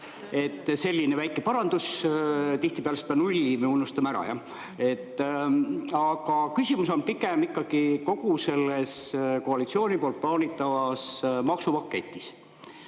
Selline väike parandus, tihtipeale selle 0% me unustame ära. Aga küsimus on pigem ikkagi kogu selles koalitsiooni plaanitavas maksupaketis.